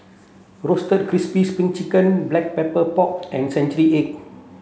roasted crispy spring chicken black pepper pork and century egg